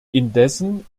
indessen